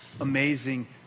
amazing